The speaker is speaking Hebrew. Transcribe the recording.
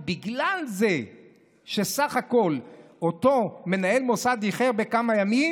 בגלל זה שבסך הכול אותו מנהל מוסד איחר בכמה ימים,